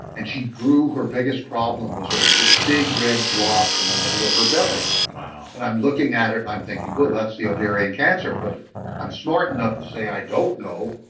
and she drew her biggest problem was a big red blotch in the middle of her belly wow and i'm looking at it and i'm thinking, well, that's the ovarian cancer. but i'm smart enough to say, i don't know,